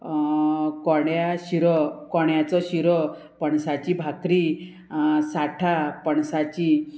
कोण्या शिरो कोण्याचो शिरो पणसाची भाकरी साठा पणसाची